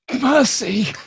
mercy